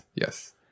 Yes